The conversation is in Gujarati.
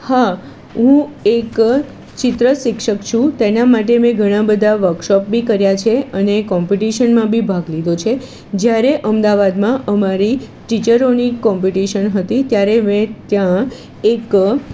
હા હું એક ચિત્ર શિક્ષક છું તેના માટે મેં ઘણા બધા વર્કશોપ બી કર્યા છે અને કોમ્પિટિશનમાં બી ભાગ લીધો છે જ્યારે અમદાવાદમાં અમારી ટીચરોની કોમ્પિટિશન હતી ત્યારે મેં ત્યાં એક